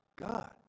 God